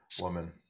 woman